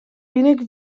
unig